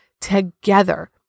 together